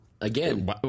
Again